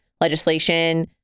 legislation